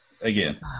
Again